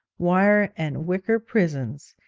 wire, and wicker prisons,